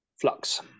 flux